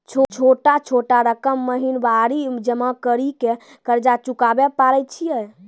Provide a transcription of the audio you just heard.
छोटा छोटा रकम महीनवारी जमा करि के कर्जा चुकाबै परए छियै?